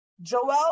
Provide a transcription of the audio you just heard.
Joel